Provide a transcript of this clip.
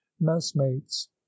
messmates